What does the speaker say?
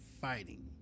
fighting